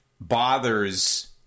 bothers